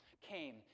came